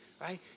right